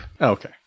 Okay